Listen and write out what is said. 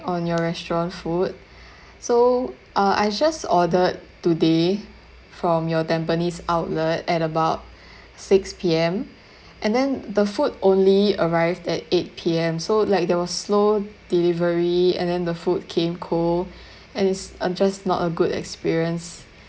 on your restaurant food so uh I just ordered today from your tampines outlet at about six P_M and then the food only arrived at eight P_M so like there was slow delivery and then the food came cold and it's I'm just not a good experience